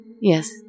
Yes